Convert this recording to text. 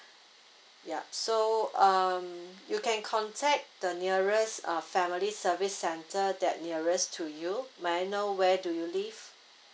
yup so um you can contact the nearest uh family service centre that nearest to you may I know where do you live